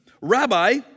Rabbi